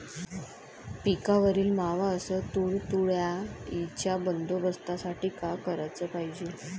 पिकावरील मावा अस तुडतुड्याइच्या बंदोबस्तासाठी का कराच पायजे?